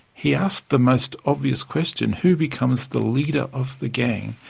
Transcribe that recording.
he asked the most obvious question who becomes the leader of the gang?